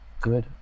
Good